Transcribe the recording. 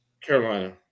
Carolina